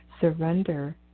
Surrender